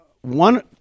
one